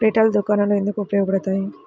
Retail దుకాణాలు ఎందుకు ఉపయోగ పడతాయి?